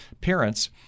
Parents